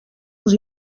els